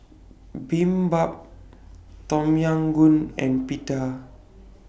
Tom Yam Goong and Pita